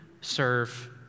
serve